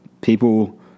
People